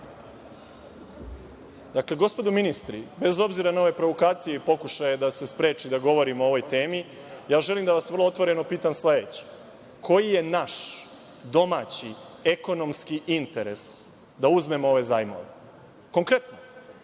Dakle, gospodo ministri, bez obzira na ove provokacije i pokušaje da se spreči da govorim o ovoj temi, želim da vas vrlo otvoreno pitam sledeće – koji je naš domaći ekonomski interes da uzmemo ove zajmove, konkretno?